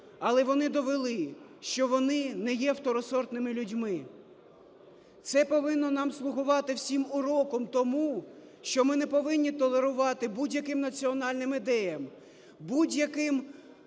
Але вони довели, що вони не є второсортними людьми. Це повинно нам слугувати всім уроком тому, що ми не повинні толерувати будь-яким національним ідеям, будь-яким